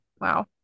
wow